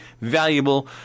valuable